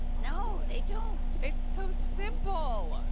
no, they don't. it's so simple. ah